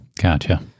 Gotcha